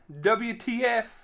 WTF